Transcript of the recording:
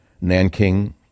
Nanking